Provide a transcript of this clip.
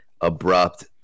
abrupt